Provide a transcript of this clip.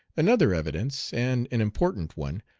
another evidence, and an important one,